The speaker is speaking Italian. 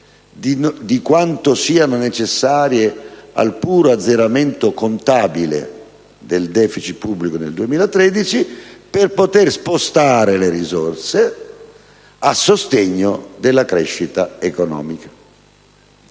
di quelle necessarie al puro azzeramento contabile del *deficit* pubblico nel 2013, per poter spostare le risorse a sostegno della crescita economica.